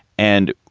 and,